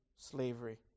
Slavery